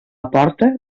porta